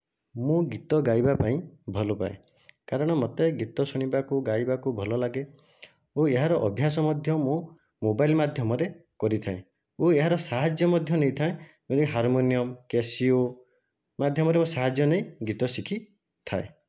ମୁଁ ଗୀତ ଗାଇବା ପାଇଁ ଭଲପାଏ କାରଣ ମୋତେ ଗୀତ ଶୁଣିବାକୁ ଗାଇବାକୁ ଭଲ ଲାଗେ ଓ ଏହାର ଅଭ୍ୟାସ ମଧ୍ୟ ମୁଁ ମୋବାଇଲ୍ ମାଧ୍ୟମରେ କରିଥାଏ ଓ ଏହାର ସାହାଯ୍ୟ ମଧ୍ୟ ନେଇଥାଏ ହାରମୋନିୟମ୍ କ୍ୟାସିଓ ମାଧ୍ୟମରେ ସାହାଯ୍ୟ ନେଇ ଗୀତ ଶିଖିଥାଏ